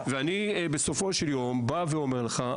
בסופו של יום אני אומר לך,